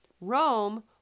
Rome